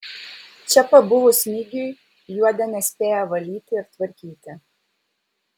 čia pabuvus smigiui juodė nespėja valyti ir tvarkyti